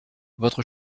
votre